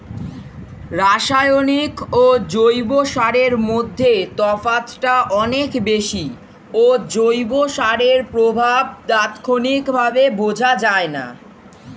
রাসায়নিক ও জৈব সারের মধ্যে তফাৎটা অনেক বেশি ও জৈব সারের প্রভাব তাৎক্ষণিকভাবে বোঝা যায়না